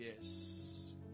yes